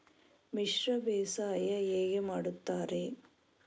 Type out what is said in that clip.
ಮಿಶ್ರ ಬೇಸಾಯ ಹೇಗೆ ಮಾಡುತ್ತಾರೆ?